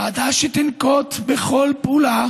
ועדה שתנקוט כל פעולה